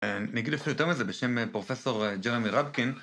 נגיד אפילו יותר מזה בשם פרופסור ג'רמי רבקין